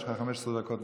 יש לך 15 דקות מלאות.